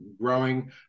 growing